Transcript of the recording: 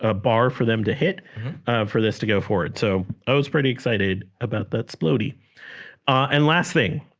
ah bar for them to hit for this to go forward so i was pretty excited about that slow d and last thing